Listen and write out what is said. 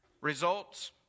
results